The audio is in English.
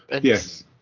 yes